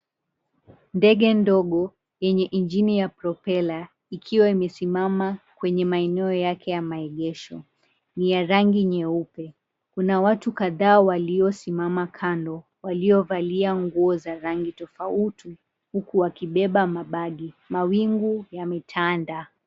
Ndege ndogo, yenye injini ya propela ikiwa misimama kwenye maeneo yake ya maegesho. Ni ya rangi nyeupe. Kuna watu kadhaa waliosimama kando, waliovalia nguo za rangi tofauti huku wakibeba mabagi. Mawingu yametanda.